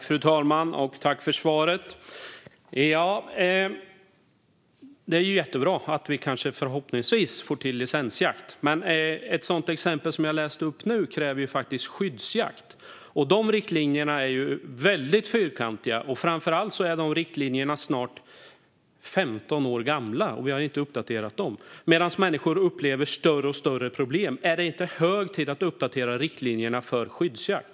Fru talman! Jag tackar för svaret. Det är jättebra att vi kanske, förhoppningsvis, får till licensjakt. Men ett sådant exempel som det jag nu läste upp kräver faktiskt skyddsjakt, och de riktlinjerna är väldigt fyrkantiga. Framför allt är de snart 15 år gamla. Vi har inte uppdaterat dem, samtidigt som människor upplever större och större problem. Är det inte hög tid att uppdatera riktlinjerna för skyddsjakt?